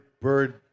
bird